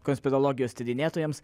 konspirologijos tyrinėtojams